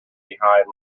behind